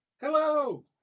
Hello